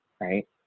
right